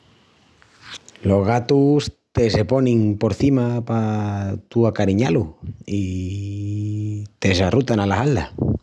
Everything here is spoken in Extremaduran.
Los gatus te se ponin porcima pa tu acariñá-lus i te s’arrutan ala halda.